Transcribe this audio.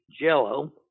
jello